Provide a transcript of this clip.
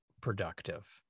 productive